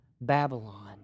Babylon